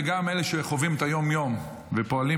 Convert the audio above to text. וגם אלה שחווים את היום-יום ופועלים